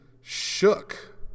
shook